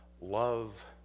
love